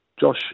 Josh